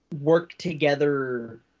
work-together